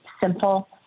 simple